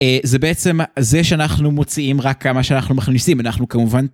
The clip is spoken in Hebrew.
זה בעצם זה שאנחנו מוציאים רק כמה שאנחנו מכניסים אנחנו כמובן.